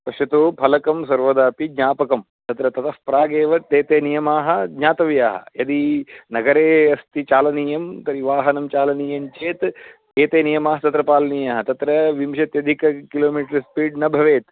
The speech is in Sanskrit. पश्यतु फलकं सर्वदापि ज्ञापकं तत्र ततः प्रागेव ते ते नियमाः ज्ञातव्याः यदि नगरे अस्ति चालनीयं तर्हि वाहनं चालनीयं चेत् एते नियमाः तत्र पालनीयाः तत्र विंशत्यधिक किलोमीटर् स्पीड् न भवेत्